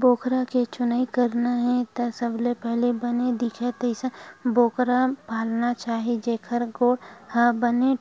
बोकरा के चुनई करना हे त सबले पहिली बने दिखय तइसन बोकरा पालना चाही जेखर गोड़ ह बने